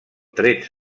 trets